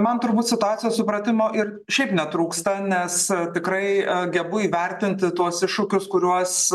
man turbūt situacijos supratimo ir šiaip netrūksta nes tikrai gebu įvertinti tuos iššūkius kuriuos